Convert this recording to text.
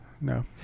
No